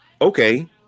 okay